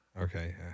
Okay